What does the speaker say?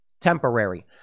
temporary